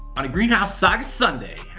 on a greenhouse saga sunday.